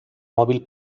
móvil